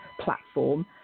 platform